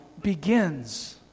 begins